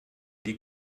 die